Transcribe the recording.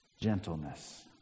gentleness